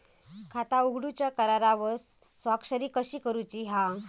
खाता उघडूच्या करारावर स्वाक्षरी कशी करूची हा?